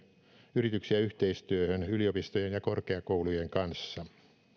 yrityksiä yhteistyöhön yliopistojen ja korkeakoulujen kanssa